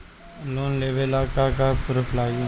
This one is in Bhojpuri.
लोन लेबे ला का का पुरुफ लागि?